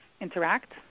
interact